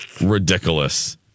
ridiculous